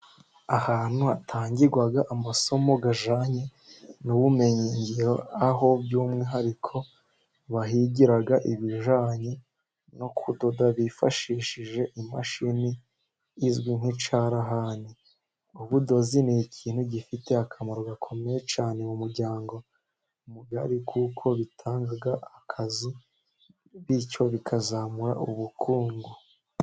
Ahantu hatangirwa amasomo ajyanye n'ubumenyigiro, aho by'umwihariko bahigira ibijyanye no kudoda bifashishije imashini izwi nk'icyarahani. Ubudozi ni ikintu gifite akamaro gakomeye cyane mu muryango mugari, kuko bitanga akazi bityo bikazamura ubukungu.